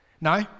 no